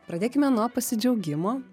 pradėkime nuo pasidžiaugimo